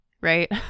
right